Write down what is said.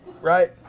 right